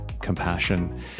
compassion